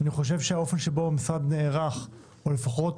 האופן שבו המשרד נערך או, לפחות,